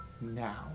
now